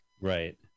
right